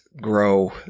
grow